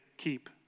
keep